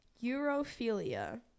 Europhilia